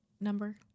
number